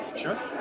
Sure